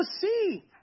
see